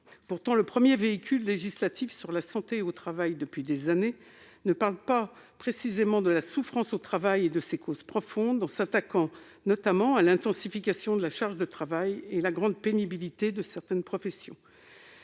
pourtant le premier véhicule législatif sur la santé au travail depuis des années, ne parle précisément pas de la souffrance au travail et de ses causes profondes, notamment en s'attaquant à l'intensification de la charge de travail et à la grande pénibilité de certaines professions.